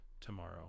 tomorrow